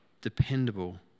dependable